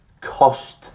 cost